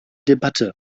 debatte